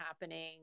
happening